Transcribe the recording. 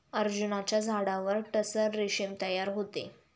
अर्जुनाच्या झाडावर टसर रेशीम तयार होते